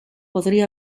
podría